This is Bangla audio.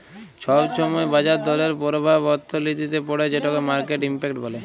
ছব ছময় বাজার দরের পরভাব অথ্থলিতিতে পড়ে যেটকে মার্কেট ইম্প্যাক্ট ব্যলে